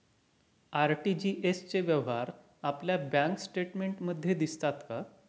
RTGS चे व्यवहार आपल्या बँक स्टेटमेंटमध्ये दिसतात का?